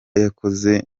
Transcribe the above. yakoze